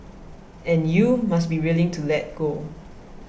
and you must be willing to let go